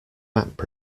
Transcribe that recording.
map